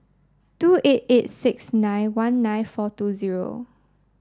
two eight eight six nine one nine four two zero